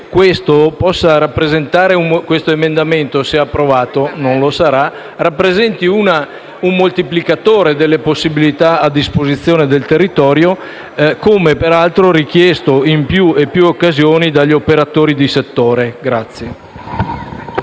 che l'emendamento 5.2, se approvato (ma non lo sarà), possa rappresentare un moltiplicatore delle possibilità a disposizione del territorio, come peraltro richiesto in più occasioni dagli operatori di settore.